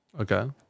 Okay